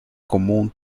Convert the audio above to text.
común